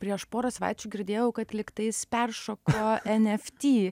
prieš porą savaičių girdėjau kad lyg tais peršoko nft